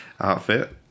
outfit